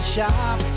Shop